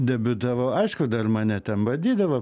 debiutavau aišku dar mane ten badydavo